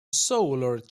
solar